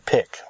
Pick